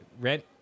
rent